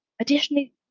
Additionally